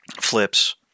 flips